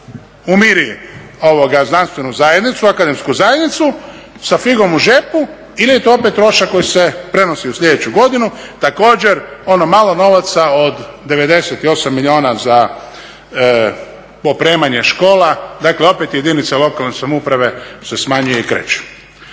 umiri znanstvenu zajednicu, akademsku zajednicu sa figom u džepu ili je to opet trošak koji se prenosi u sljedeću godinu. Također ono malo novaca od 98 milijuna za opremanje škola. Dakle, opet jedinice lokalne samouprave se smanjuje i